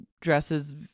dresses